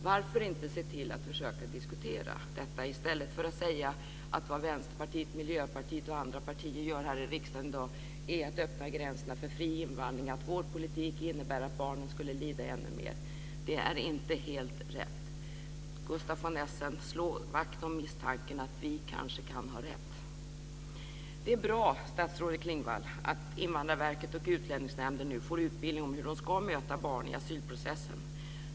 Varför inte se till att försöka diskutera detta i stället för att säga att det Vänsterpartiet, Miljöpartiet och andra partier gör här i riksdagen i dag är att öppna gränserna för fri invandring, att vår politik innebär att barnen skulle lida ännu mer. Det är inte helt rätt. Gustaf von Essen, slå vakt om misstanken att vi kanske kan ha rätt. Det är bra, statsrådet Klingvall, att Invandrarverket och Utlänningsnämnden nu får utbildning om hur de ska möta barn i asylprocessen.